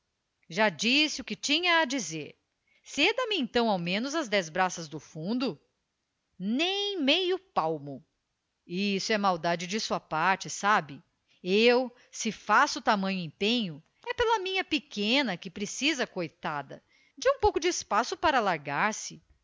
já disse o que tinha a dizer ceda me então ao menos as dez braças do fundo nem meio palmo isso é maldade de sua parte sabe eu se faço tamanho empenho é pela minha pequena que precisa coitada de um pouco de espaço para alargar se